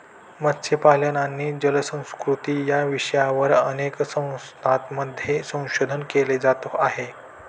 मत्स्यपालन आणि जलसंस्कृती या विषयावर अनेक संस्थांमध्ये संशोधन केले जात आहे